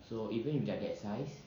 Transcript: so even if you get size